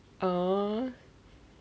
err